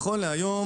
נכון להיום